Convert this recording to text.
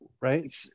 Right